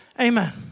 Amen